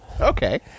Okay